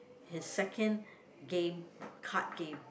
his second game card game